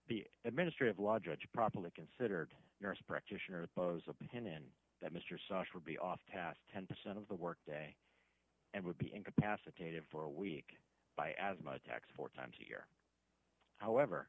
the administrative law judge properly considered nurse practitioner is opinion that mr sachs would be off task ten percent of the work day and would be incapacitated for a week by as much tax four times a year however